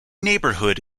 neighborhood